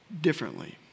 differently